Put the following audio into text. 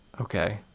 Okay